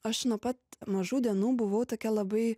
aš nuo pat mažų dienų buvau tokia labai